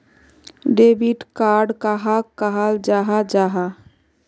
Debit card कहाक कहाल जाहा जाहा?